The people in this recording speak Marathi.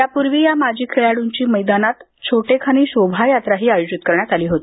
यापूर्वी या माजी खेळाडूंची मैदानात छोटेखानी शोभायात्राही आयोजित करण्यात आली होती